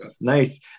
nice